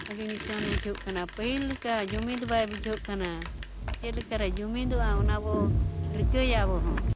ᱟᱹᱰᱤ ᱱᱤᱥᱚᱱ ᱵᱩᱡᱷᱟᱹᱜ ᱠᱟᱱᱟ ᱯᱟᱹᱦᱤᱞ ᱞᱮᱠᱟ ᱡᱩᱢᱤᱫ ᱵᱟᱭ ᱵᱩᱡᱷᱟᱹᱜ ᱠᱟᱱᱟ ᱪᱮᱫᱞᱮᱠᱟ ᱨᱮ ᱡᱩᱢᱤᱫᱚᱜᱼᱟ ᱚᱱᱟ ᱵᱚ ᱨᱤᱠᱟᱹᱭᱟ ᱟᱵᱚ ᱦᱚᱸ